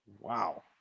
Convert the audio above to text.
wow